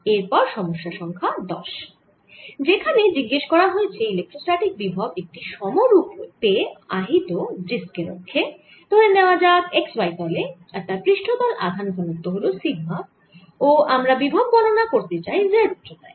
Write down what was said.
এরপর সমস্যা সংখ্যা 10 যেখানে জিজ্ঞেস করা হয়েছে ইলেক্ট্রোস্ট্যাটিক বিভব একটি সম রুপে আহিত ডিস্ক এর অক্ষে ধরে নেওয়া যাক x y তলে আর তার পৃষ্ঠতল আধান ঘনত্ব হল সিগমা ও আমরা বিভব গণনা করতে চাই z উচ্চতায়